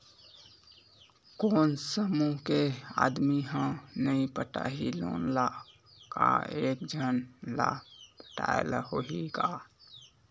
कोन समूह के आदमी हा नई पटाही लोन ला का एक झन ला पटाय ला होही का?